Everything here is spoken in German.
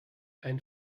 ein